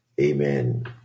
Amen